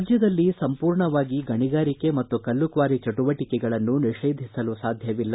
ರಾಜ್ಯದಲ್ಲಿ ಸಂಪೂರ್ಣವಾಗಿ ಗಣಿಗಾರಿಕೆ ಮತ್ತು ಕಲ್ಲುಕ್ವಾರಿ ಚಟುವಟಕೆಗಳನ್ನು ನಿಷೇಧಿಸಲು ಸಾಧ್ಯವಿಲ್ಲ